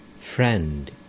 Friend